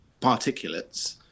particulates